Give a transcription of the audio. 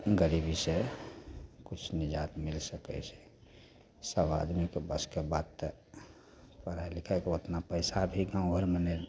गरीबीसे किछु निजात मिल सकै छै सभ आदमीके वशके बात तऽ पढ़ाइ लिखाइके ओतना पइसा भी गामघरमे नहि